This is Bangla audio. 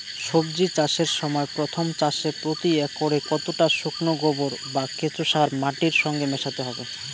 সবজি চাষের সময় প্রথম চাষে প্রতি একরে কতটা শুকনো গোবর বা কেঁচো সার মাটির সঙ্গে মেশাতে হবে?